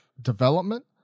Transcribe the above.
development